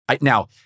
Now